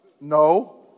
No